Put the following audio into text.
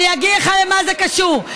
אני אגיד לך למה זה קשור.